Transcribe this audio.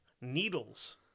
needles